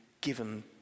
given